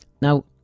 now